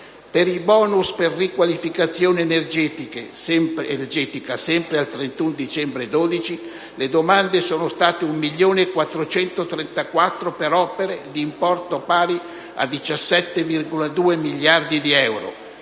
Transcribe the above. per i *bonus* per riqualificazione energetica, sempre al 31 dicembre 2012, le domande sono state 1.434.000 per opere d'importo pari a 17,2 miliardi di euro